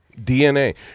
DNA